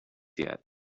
yet